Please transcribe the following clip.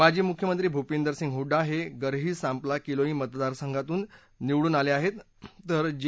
माजी मुख्यमंत्री भूपिंदर सिंग हुडा हे गरही सांपला किलोई मतदारसंघातून निवडून आले आहेत तर जे